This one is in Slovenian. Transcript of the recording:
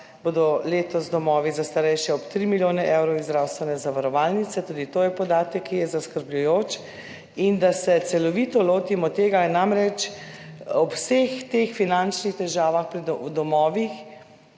bodo letos domovi za starejše ob tri milijone evrov iz zdravstvene zavarovalnice, tudi to je podatek, ki je zaskrbljujoč, da se tega celovito lotimo, namreč ob vseh teh finančnih težavah pri domovih,